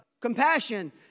Compassion